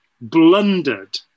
blundered